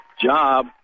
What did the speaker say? job